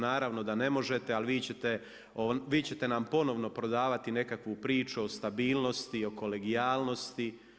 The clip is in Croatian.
Naravno da ne možete, ali vi ćete nam ponovno prodavati nekakvu priču o stabilnosti, o kolegijalnosti.